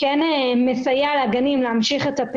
אני מבינה את הגישה של הממשלה,